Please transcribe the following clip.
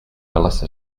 melissa